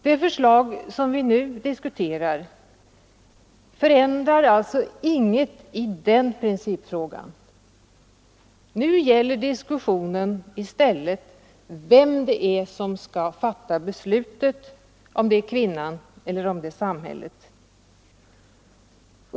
Det förslag som vi nu diskuterar förändrar alltså inget i den principfrågan. Nu gäller diskussionen i stället vem som skall fatta beslutet, kvinnan eller samhället.